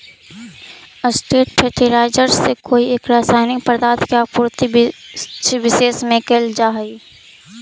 straight fertiliser से कोई एक रसायनिक पदार्थ के आपूर्ति वृक्षविशेष में कैइल जा हई